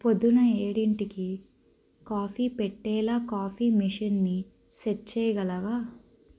పొద్దున ఏడింటికి కాఫీ పెట్టేలా కాఫీ మెషిన్ని సెట్ చేయగలవా